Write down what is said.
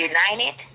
United